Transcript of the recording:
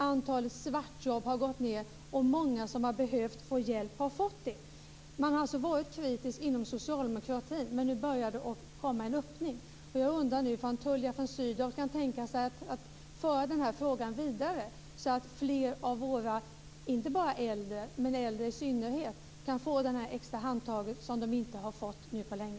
Antalet svartjobb har gått ned. Många som har behövt få hjälp har fått det. Man har varit kritisk inom socialdemokratin, men nu börjar det komma en öppning. Jag undrar nu om Tullia von Sydow kan tänka sig att föra den här frågan vidare så att fler av våra inte bara äldre, men äldre i synnerhet, kan få det här extra handtaget som de nu inte har fått på länge.